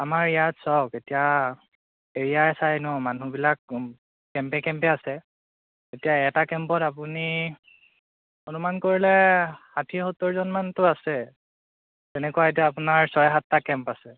আমাৰ ইয়াত চাওক এতিয়া এৰিয়া চাই ন মানুহবিলাক কেম্পে কেম্পে আছে এতিয়া এটা কেম্পত আপুনি অনুমান কৰিলে ষাঠি সত্তৰজনমানটো আছে তেনেকুৱা এতিয়া আপোনাৰ ছয় সাতটা কেম্প আছে